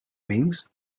wings